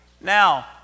Now